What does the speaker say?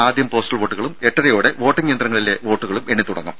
ആദ്യം പോസ്റ്റൽ വോട്ടുകളും എട്ടരയോടെ വോട്ടിങ് യന്ത്രങ്ങളിലെ വോട്ടുകളും എണ്ണിത്തുടങ്ങും